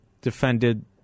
defended